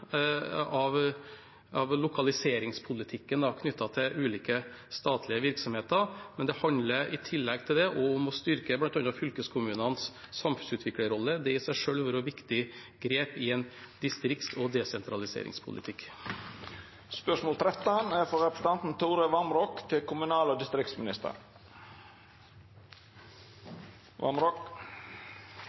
av lokaliseringspolitikken knyttet til ulike statlige virksomheter, men det handler i tillegg til det om å styrke bl.a. fylkeskommunenes samfunnsutviklerrolle. Det i seg selv vil være viktige grep i en distrikts- og desentraliseringspolitikk.